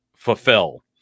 fulfill